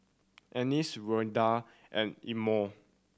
Anice Randel and Elmore